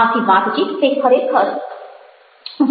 આથી વાતચીત તે ખરેખર રહી છે